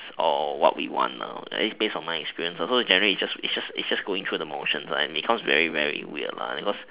or what we want is based on my experience so generally is just is just is just going through the motions and it becomes very very weird because